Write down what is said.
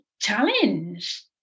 challenge